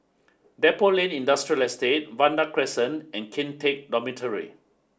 Depot Lane Industrial Estate Vanda Crescent and Kian Teck Dormitory